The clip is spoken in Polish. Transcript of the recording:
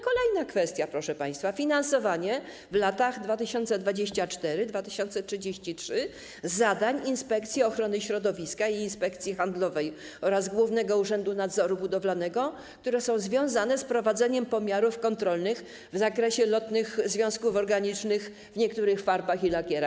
Kolejna kwestia, proszę państwa, to finansowanie w latach 2024-2033 zadań Inspekcji Ochrony Środowiska i Inspekcji Handlowej oraz Głównego Urzędu Nadzoru Budowlanego związanych z prowadzeniem pomiarów kontrolnych w zakresie lotnych związków organicznych w niektórych farbach i lakierach.